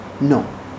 No